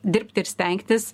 dirbti ir stengtis